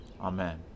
Amen